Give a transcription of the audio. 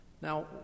Now